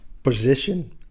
position